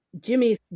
Jimmy